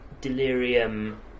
delirium